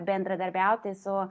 bendradarbiauti su